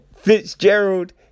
Fitzgerald